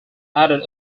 added